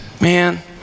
man